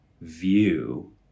view